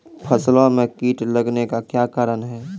फसलो मे कीट लगने का क्या कारण है?